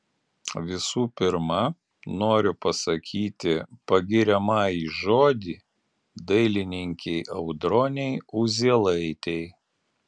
visų pirma noriu pasakyti pagiriamąjį žodį dailininkei audronei uzielaitei